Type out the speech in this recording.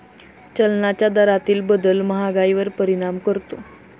चलनाच्या दरातील बदल महागाईवर परिणाम करतो